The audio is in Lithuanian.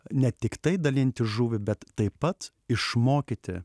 ne tiktai dalinti žuvį bet taip pat išmokyti